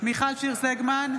מיכל שיר סגמן,